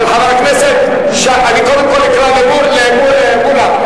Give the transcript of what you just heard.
קודם כול אקרא למולה.